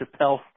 Chappelle